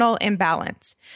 imbalance